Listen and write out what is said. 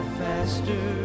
faster